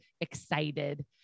excited